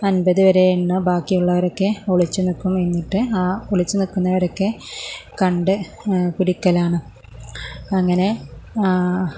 അൻമ്പത് വരെ എണ്ണും ബാക്കിയുള്ളവരൊക്കെ ഒളിച്ചു നിൽക്കും എന്നിട്ട് ആ ഒളിച്ച് നിൽക്കുന്നവരൊക്കെ കണ്ട് പിടിക്കലാണ് അങ്ങനെ